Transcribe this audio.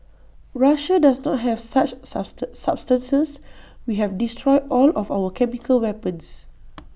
Russia does not have such substances we have destroyed all of our chemical weapons